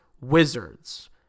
Wizards